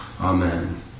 amen